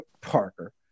Parker